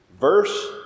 Verse